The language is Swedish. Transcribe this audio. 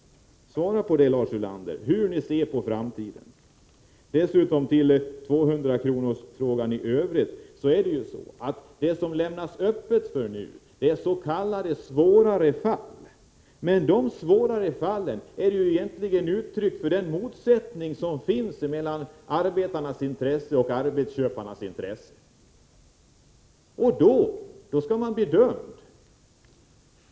Svara på det, Lars Ulander! Hur ser ni på framtiden? När det gäller 200-kronorsfrågan i övrigt förhåller det sig ju på det viset att vad man lämnar öppet är s.k. svårare fall. De svårare fallen är ju egentligen uttryck för den motsättning som finns emellan arbetarnas intressen och arbetsköparnas intressen. I sådana fall skall man alltså kunna bli dömd.